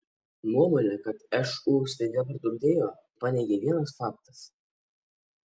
nuomonę kad šu staiga praturtėjo paneigė vienas faktas